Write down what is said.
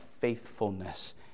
faithfulness